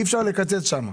אי אפשר לקצץ שם.